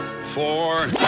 four